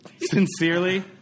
Sincerely